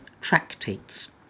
tractates